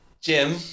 Jim